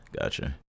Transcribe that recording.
gotcha